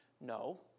No